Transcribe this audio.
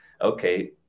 okay